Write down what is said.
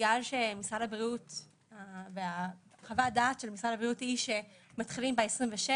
בגלל שחוות הדעת של משרד הבריאות היא שמתחילים ב-26,